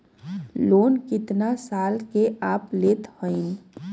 Loan कितना खाल के आप लेत हईन?